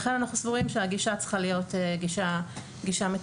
לכן אנחנו סבורים שהגישה צריכה להיות גישה מתונה,